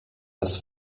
das